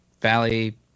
Valley